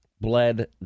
bled